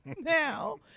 now